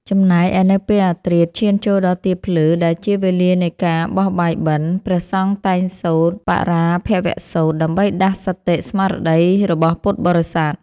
ចំណែកឯនៅពេលអធ្រាត្រឈានចូលដល់ទៀបភ្លឺ ដែលជាវេលានៃការបោះបាយបិណ្ឌ ព្រះសង្ឃតែងសូត្រ បរាភវសូត្រ ដើម្បីដាស់សតិស្មារតីរបស់ពុទ្ធបរិស័ទ។